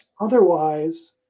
Otherwise